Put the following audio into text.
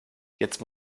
jetzt